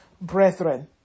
Brethren